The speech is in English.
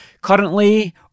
currently